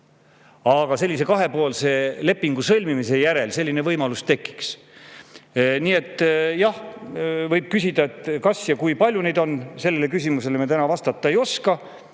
aga sellise kahepoolse lepingu sõlmimise järel selline võimalus tekiks. Nii et jah, võib küsida, kas ja kui palju neid [riike] on. Sellele küsimusele me täna vastata ei oska,